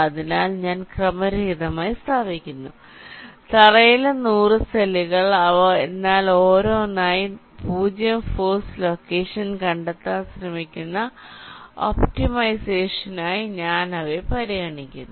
അതിനാൽ ഞാൻ ക്രമരഹിതമായി സ്ഥാപിക്കുന്നു തറയിലെ 100 സെല്ലുകൾ എന്നാൽ ഓരോന്നായി 0 ഫോഴ്സ് ലൊക്കേഷൻ കണ്ടെത്താൻ ശ്രമിക്കുന്ന ഒപ്റ്റിമൈസേഷനായി ഞാൻ അവയെ പരിഗണിക്കുന്നു